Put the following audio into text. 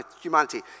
humanity